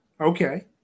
Okay